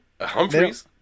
Humphreys